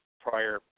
prior